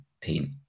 paint